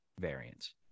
variants